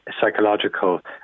psychological